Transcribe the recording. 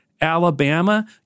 Alabama